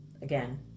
Again